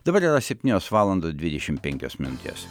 dabar yra septynios valandos dvidešimt penkios minutės